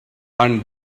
and